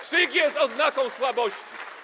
Krzyk jest oznaką słabości.